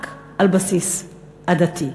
רק על בסיס עדתי,